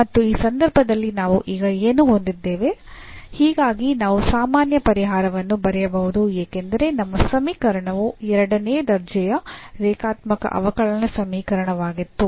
ಮತ್ತು ಈ ಸಂದರ್ಭದಲ್ಲಿ ನಾವು ಈಗ ಏನು ಹೊಂದಿದ್ದೇವೆ ಹೀಗಾಗಿ ನಾವು ಸಾಮಾನ್ಯ ಪರಿಹಾರವನ್ನು ಬರೆಯಬಹುದು ಏಕೆಂದರೆ ನಮ್ಮ ಸಮೀಕರಣವು ಎರಡನೇ ದರ್ಜೆಯ ರೇಖಾತ್ಮಕ ಅವಕಲನ ಸಮೀಕರಣವಾಗಿತ್ತು